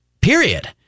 period